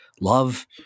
love